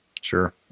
Sure